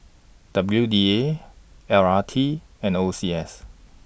W D A L R T and O C S